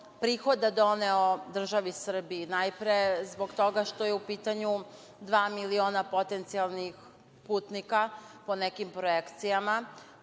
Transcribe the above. prihoda doneo državi Srbiji. Najpre zbog toga što je u pitanju dva miliona potencijalnih putnika po nekim projekcijama,